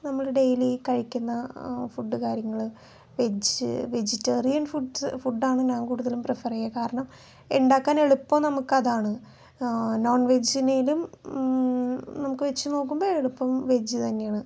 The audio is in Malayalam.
നമ്മള് ഡെയിലി കഴിക്കുന്ന ഫുഡ് കാര്യങ്ങള് വെജ് വെജിറ്റേറിയൻ ഫുഡ്സ് ഫുഡാണ് ഞാൻ കൂടുതലും പ്രിഫർ ചെയ്യുക കാരണം ഉണ്ടാക്കാൻ എളുപ്പം നമുക്ക് അതാണ് നോൺ വെജിനേലും നമുക്ക് വെച്ച് നോക്കുമ്പം എളുപ്പം വെജ് തന്നെ ആണ്